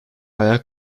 hayal